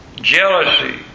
jealousy